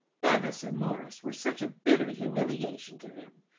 bevis and maurice were such a bitter humiliation to him,